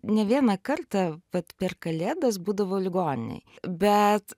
ne vieną kartą vat per kalėdas būdavau ligoninėj bet